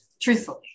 truthfully